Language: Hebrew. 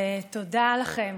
ותודה לכם,